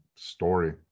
Story